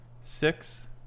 Six